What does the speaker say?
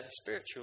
spiritual